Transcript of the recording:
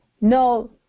no